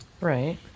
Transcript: Right